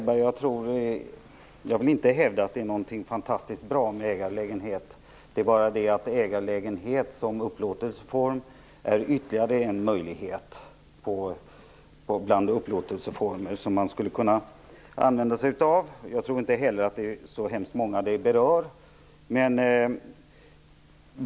Fru talman! Jag vill inte hävda att ägarlägenheten är så fantastiskt bra, men ägarlägenheten som upplåtelseform är ytterligare en möjlighet som man skulle kunna använda sig av. Jag tror inte att det är så hemskt många som berörs.